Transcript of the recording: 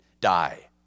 die